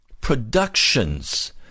productions